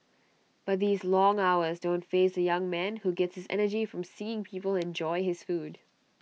but these long hours don't faze the young man who gets his energy from seeing people enjoy his food